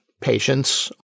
patience